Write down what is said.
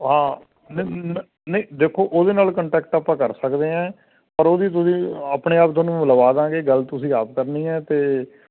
ਹਾਂ ਨਹੀਂ ਦੇਖੋ ਉਹਦੇ ਨਾਲ ਕੰਟੈਕਟ ਆਪਾਂ ਕਰ ਸਕਦੇ ਹਾਂ ਪਰ ਉਹਦੀ ਤੁਸੀਂ ਆਪਣੇ ਆਪ ਤੁਹਾਨੂੰ ਲਵਾ ਦਾਂਗੇ ਗੱਲ ਤੁਸੀਂ ਆਪ ਕਰਨੀ ਹੈ ਅਤੇ